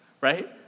right